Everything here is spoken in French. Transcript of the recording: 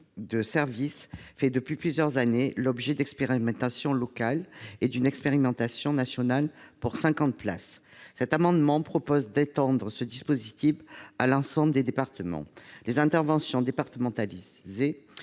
de services fait depuis plusieurs années l'objet d'expériences locales et d'une expérimentation nationale pour cinquante places. Cet amendement vise à étendre ce dispositif à l'ensemble des départements. Les interventions dans les